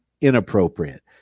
inappropriate